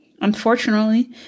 Unfortunately